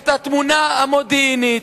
את התמונה המודיעינית,